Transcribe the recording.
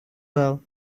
well